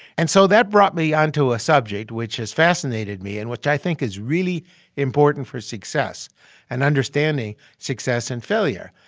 and so that brought me onto a subject which has fascinated me and which i think is really important for success and understanding success and failure,